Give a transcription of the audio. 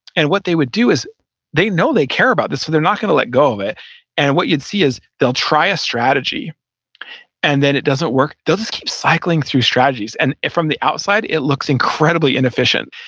and what they would do is they know they care about this, so they're not going to let go of it and what you'd see is they'll try a strategy and then it doesn't work. does this keep cycling through strategies and from the outside it looks incredibly inefficient,